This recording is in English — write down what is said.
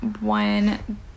one